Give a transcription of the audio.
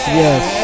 yes